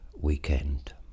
weekend